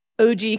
OG